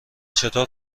چطور